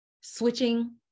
switching